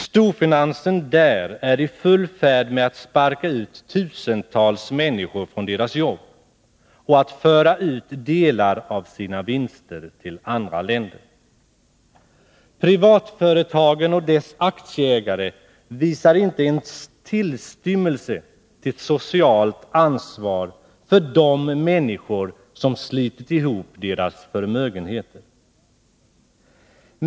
Storfinansen där är i full färd med att sparka ut tusentals människor från deras jobb och att föra ut delar av sina vinster till andra länder. Storfinansen och aktieägarna visar inte en tillstymmelse till socialt ansvar för de människor som har slitit ihop deras förmögenheter.